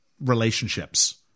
relationships